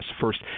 first